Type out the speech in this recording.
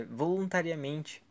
voluntariamente